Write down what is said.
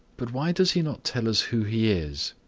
but why does he not tell us who he is?